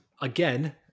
again